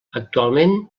actualment